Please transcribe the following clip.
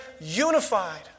unified